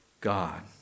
God